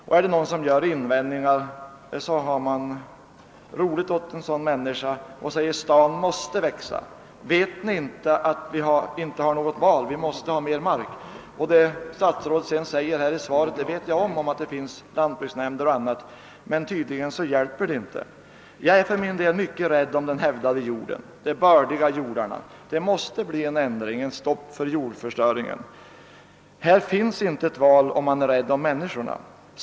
Och om någon gör invändningar häremot gör man sig lustig över den människan och säger att staden självfallet måste växa. Vet ni inte, säger man, att vi inte har något val? Vi måste ha mer mark. Jordbruksministern säger också i svaret att lantbruksnämnderna skall tillvarata jordbrukets intressen, och det vet jag. Men det hjälper tydligen inte. Jag är för min del mycket rädd om den hävdade jorden, de bördiga jordarna. Det måste bli ett stopp för jordförstöringen. Vi har där inte något val, om vi är rädda om människorna.